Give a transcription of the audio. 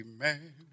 Amen